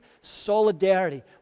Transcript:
solidarity